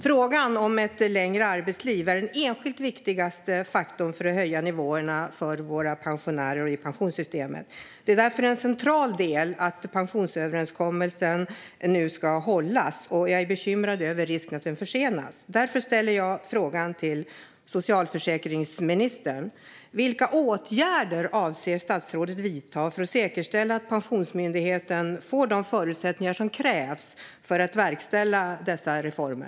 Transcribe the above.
Frågan om ett längre arbetsliv är den enskilt viktigaste faktorn för att höja nivåerna för våra pensionärer och i pensionssystemet. Det är därför en central del att pensionsöverenskommelsen hålls. Jag är bekymrad över risken att detta försenas. Därför ställer jag frågan till socialförsäkringsministern: Vilka åtgärder avser statsrådet att vidta för att säkerställa att Pensionsmyndigheten får de förutsättningar som krävs för att verkställa dessa reformer?